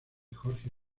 jorge